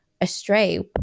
astray